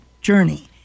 journey